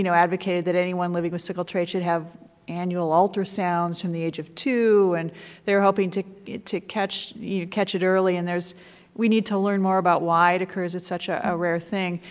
you know advocated that anyone living with sickle trait should have annual ultrasounds from the age of two, and they were hoping to to catch you know catch it early, and there's we need to learn more about why it occurs, it's such a rare thing.